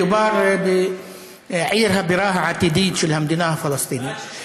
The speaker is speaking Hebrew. מדובר בעיר הבירה העתידית של המדינה הפלסטינית.